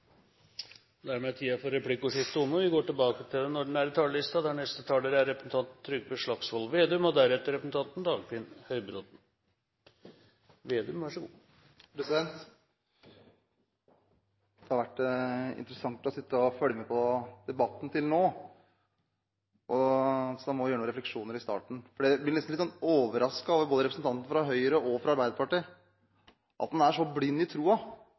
dermed omme. Det har vært interessant å sitte og følge med på debatten til nå, så jeg må gjøre noen refleksjoner i starten. En blir nesten litt overrasket over at representanten fra Høyre og fra Arbeiderpartiet er så blinde i